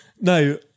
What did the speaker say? no